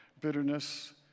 bitterness